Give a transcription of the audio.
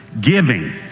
Giving